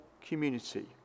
community